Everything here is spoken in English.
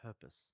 purpose